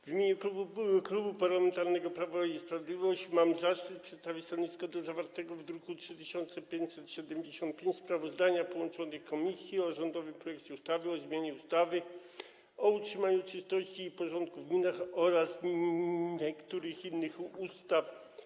W imieniu Klubu Parlamentarnego Prawo i Sprawiedliwość mam zaszczyt przedstawić stanowisko odnośnie do zawartego w druku nr 3575 sprawozdania połączonej komisji o rządowym projekcie ustawy o zmianie ustawy o utrzymaniu czystości i porządku w gminach oraz niektórych innych ustaw.